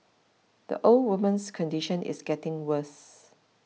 the old woman's condition is getting worse